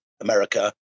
America